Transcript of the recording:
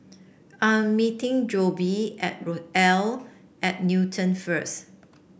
I'm meeting Jobe at Rochelle at Newton first